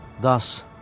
Thus